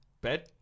Bed